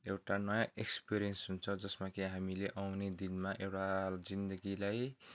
एउटा नयाँ एक्सपिरियन्स हुन्छ जसमा कि हामीले आउने दिनमा एउटा जिन्दगीलाई